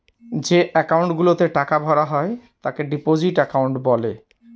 যে একাউন্ট গুলাতে টাকা ভরা হয় তাকে ডিপোজিট একাউন্ট বলে